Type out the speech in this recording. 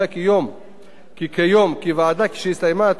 כי ועדה שהסתיימה תקופת כהונתה, תמשיך